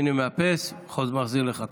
הינה, מאפס, מחזיר לך.